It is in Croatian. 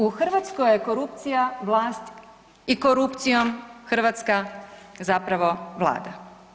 U Hrvatskoj je korupcija vlast i korupcijom Hrvatska zapravo vlada.